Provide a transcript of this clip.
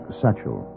satchel